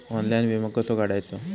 Online विमो कसो काढायचो?